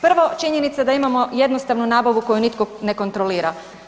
Prvo, činjenica da imamo jednostavnu nabavu koju nitko ne kontrolira.